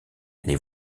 les